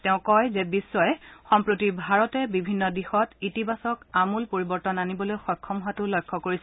তেওঁ কয় যে বিখ্ই সম্প্ৰতি ভাৰতে বিভিন্ন দিশত ইতিবাচক আমূল পৰিৱৰ্তন আনিবলৈ সক্ষম হোৱাটো লক্ষ্য কৰিছে